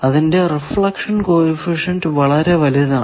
അതിന്റെ reflection coefficient വളരെ വലുതാണ്